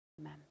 amen